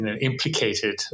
implicated